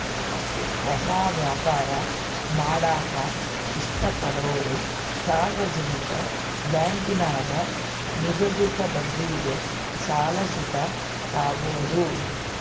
ಹೊಸ ವ್ಯಾಪಾರ ಮಾಡಾಕ ಇಷ್ಟಪಡೋರು ಸಾರ್ವಜನಿಕ ಬ್ಯಾಂಕಿನಾಗ ನಿಗದಿತ ಬಡ್ಡಿಗೆ ಸಾಲ ಸುತ ತಾಬೋದು